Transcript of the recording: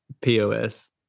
POS